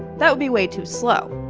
that'd be way too slow.